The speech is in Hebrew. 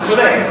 אתה צודק.